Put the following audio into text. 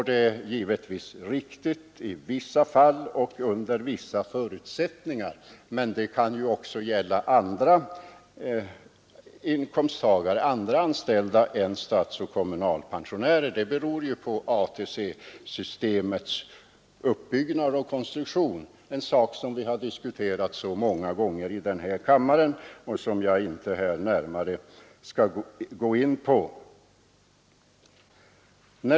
Det är givetvis riktigt i vissa fall och under speciella förutsättningar, men det kan också gälla andra inkomsttagare och anställda än statsoch kommunalpensionärer. Det beror ju på ATP-systemets uppbyggnad och konstruktion, en sak som vi har diskuterat många gånger i denna kammare och som jag inte närmare skall gå in på.